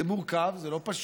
זה מורכב, זה לא פשוט,